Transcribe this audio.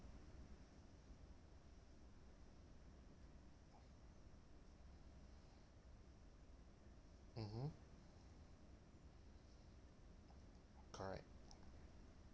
mmhmm correct